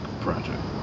project